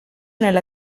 nella